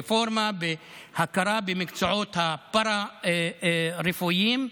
רפורמה בהכרה במקצועות הפארה-רפואיים.